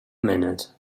minute